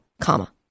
comma